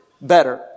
better